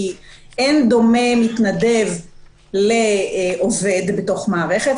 כי אין דומה מתנדב לעובד בתוך מערכת.